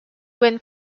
when